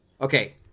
Okay